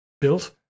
built